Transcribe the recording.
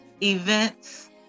events